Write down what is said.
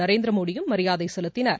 நரேந்திரமோடியும் மரியாதைசெலுத்தினர்